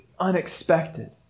Unexpected